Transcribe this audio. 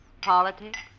politics